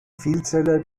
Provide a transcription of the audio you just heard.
vielzeller